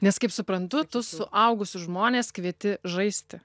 nes kaip suprantu tu suaugusius žmones kvieti žaisti